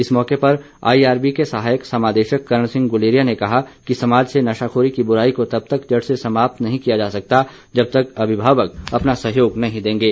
इस मौके पर आईआरबी के सहायक समादेशक करण सिंह गुलेरिया ने कहा कि समाज से नशाखोरी की बुराई को तब तक जड़ से समाप्त नहीं किया जा सकता जब तक अभिभावक अपना सहयोग नहीं देंगे